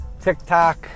TikTok